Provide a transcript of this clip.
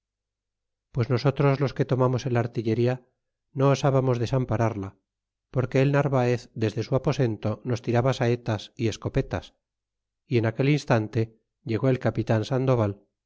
pues nosotros los que tomamos el artillería no osábamos desampararla porque el narvaez desde su aposento nos tiraba saetas y escopetas y en aquel instante llegó el capita sandoval